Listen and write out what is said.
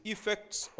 Effects